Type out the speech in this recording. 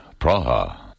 Praha